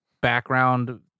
background